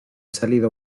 salido